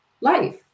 life